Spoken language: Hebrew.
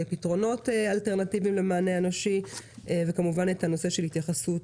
פתרונות אלטרנטיביים למענה האנושי וכמובן התייחסות